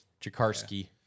Jakarski